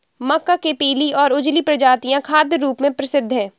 मक्का के पीली और उजली प्रजातियां खाद्य रूप में प्रसिद्ध हैं